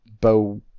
bow